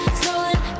stolen